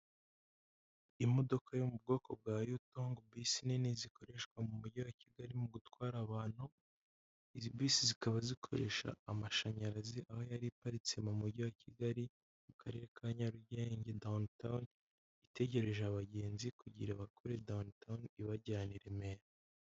Imodoka yo mu bwoko bwa Yutongo bisi nini zikoreshwa mu Mujyi wa Kigali mu gutwara abantu, izi bisi zikaba zikoresha amashanyarazi, aho yari iparitse mu Mujyi wa Kigali mu Karere ka Nyarugenge Downtown, itegereje abagenzi kugira ibakure Downtown ibajyana i Remera.